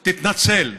תתנצל.